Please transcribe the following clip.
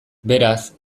beraz